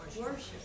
worship